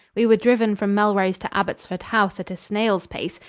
we were driven from melrose to abbottsford house at a snail's pace,